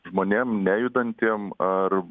žmonėm nejudantiem ar